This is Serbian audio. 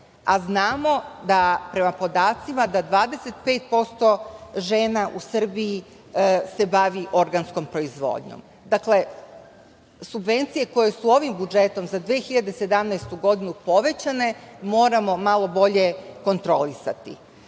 Znamo da, prema podacima, 25% žena u Srbiji se bavi organskom proizvodnjom. Dakle, subvencije koje su ovim budžetom za 2017. godinu povećane moramo malo bolje kontrolisati. Bilo